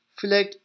flag